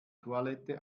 toilette